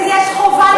ויש חובה,